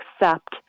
accept